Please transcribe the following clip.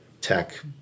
tech